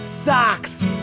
Socks